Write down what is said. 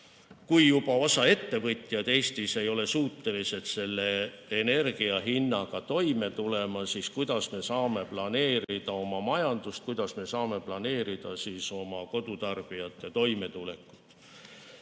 et osa ettevõtjaid Eestis ei ole juba suutelised selle energia hinnaga toime tulema. Ja kuidas me siis saame planeerida oma majandust, kuidas me saame planeerida oma kodutarbijate toimetulekut?